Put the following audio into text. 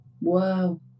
Wow